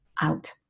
out